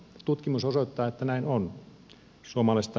tutkimus osoittaa että näin on